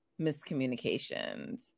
miscommunications